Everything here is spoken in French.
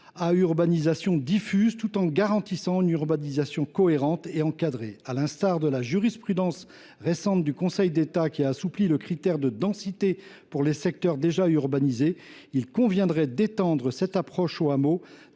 à urbanisation diffuse, tout en garantissant une urbanisation cohérente et encadrée. À l’instar de la jurisprudence récente du Conseil d’État, qui a assoupli les critères de densité pour les secteurs déjà urbanisés, il conviendrait d’étendre cette approche aux hameaux,